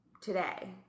today